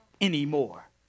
anymore